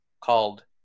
called